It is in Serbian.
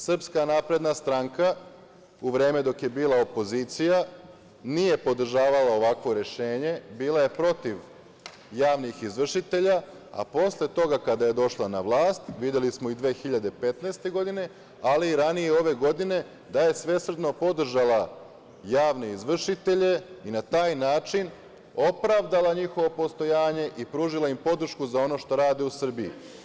Srpska napredna stranka u vreme dok je bila opozicija nije podržavala ovo rešenje, bila je protiv javnih izvršitelja, a posle toga kada je došla na vlast, videli smo i 2015. godine, ali i ranije ove godine da je svesrdno podržala javne izvršitelje i na taj način opravdala njihovo postojanje i pružila im podršku za ono što rade u Srbiji.